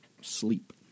Sleep